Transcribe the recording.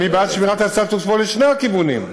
אני בעד שבירת הסטטוס קוו לשני הכיוונים.